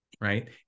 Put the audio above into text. right